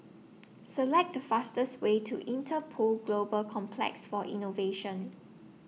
Select The fastest Way to Interpol Global Complex For Innovation